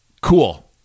Cool